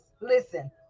Listen